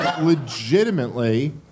legitimately